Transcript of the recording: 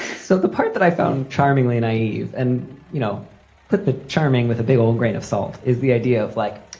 so the part that i found charmingly naive and, you know put that charming with a big old grain of salt is the idea of like,